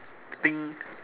think